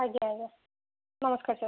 ଆଜ୍ଞା ଆଜ୍ଞା ନମସ୍କାର ସାର୍